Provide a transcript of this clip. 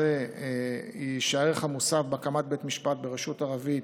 היא שהערך המוסף בהקמת בית משפט ברשות ערבית,